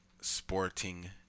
sporting